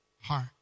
heart